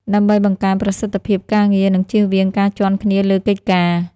ដើម្បីបង្កើនប្រសិទ្ធភាពការងារ និងជៀសវាងការជាន់គ្នាលើកិច្ចការ។